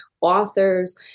authors